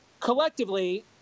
Collectively